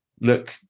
look